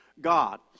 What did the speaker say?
God